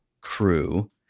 crew